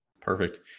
Perfect